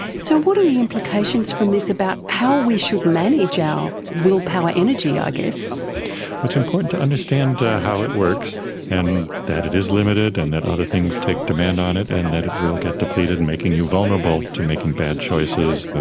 so what are the implications from this about how we should manage our willpower energy, i guess? it's important to understand how it works and that it is limited and that other things take demand on it and that it will get depleted, making you vulnerable to making bad choices,